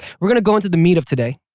we're gonna go into the meat of today.